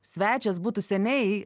svečias būtų seniai